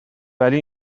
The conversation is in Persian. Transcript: ولی